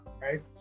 right